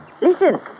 listen